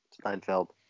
Steinfeld